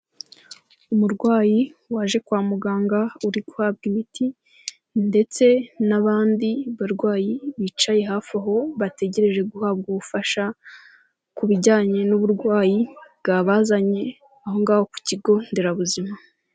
Umurwayi waje kwa muganga uri guhabwa imiti, ndetse n'abandi barwayi bicaye hafi aho bategereje guhabwa ubufasha, ku bijyanye n'uburwayi, bwabazanye ahongaho ku kigo nderabuzima.